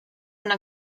una